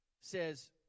says